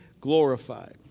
glorified